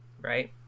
right